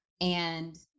And-